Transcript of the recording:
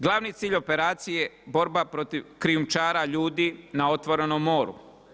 Glavni cilj operacije je borba protiv krijumčara ljudi na otvorenom moru.